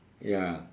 ya